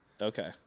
okay